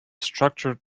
structure